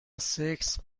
سکس